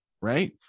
right